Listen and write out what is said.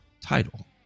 title